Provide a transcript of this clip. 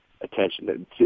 attention